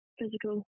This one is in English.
physical